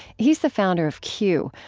he's the founder of q,